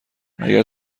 اگر